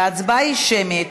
וההצבעה היא שמית,